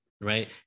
right